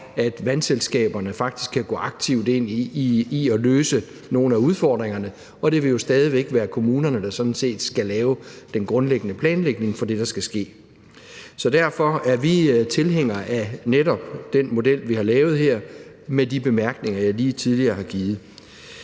at vandselskaberne faktisk kan gå aktivt ind i at løse nogle af udfordringerne, og det vil jo stadig væk være kommunerne, der sådan set skal lave den grundlæggende planlægning for det, der skal ske. Så derfor er vi tilhængere af netop den model, vi har lavet her, med de bemærkninger jeg lige tidligere har givet.